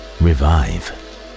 revive